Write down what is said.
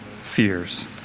fears